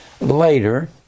later